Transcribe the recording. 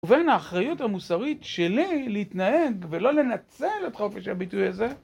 ובין האחריות המוסרית שלי להתנהג ולא לנצל את חופש הביטוי הזה.